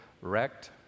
wrecked